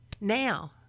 now